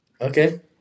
okay